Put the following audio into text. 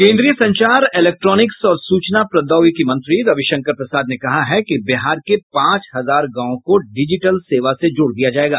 केंद्रीय संचार इलेक्ट्रॉनिक्स और सूचना प्रौद्योगिकी मंत्री रविशंकर प्रसाद ने कहा है कि बिहार के पांच हजार गांव को डिजिटल सेवा से जोड़ दिया जायेगा